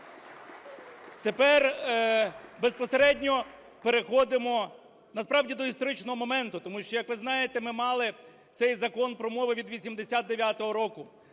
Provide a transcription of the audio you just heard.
Тепер безпосередньо переходимо, насправді, до і сторичного моменту. Тому що, як ви знаєте, ми мали цей Закон про мови від 89-го року.